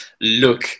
look